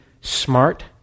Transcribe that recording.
smart